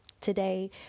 today